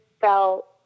felt